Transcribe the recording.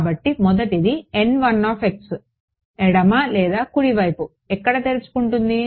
కాబట్టి మొదటిది ఎడమ లేదా కుడి వైపు ఎక్కడ తెరుచుకుంటుంది